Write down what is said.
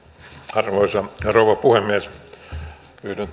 arvoisa rouva puhemies yhdyn